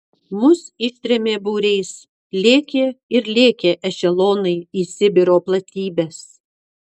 mus ištrėmė būriais lėkė ir lėkė ešelonai į sibiro platybes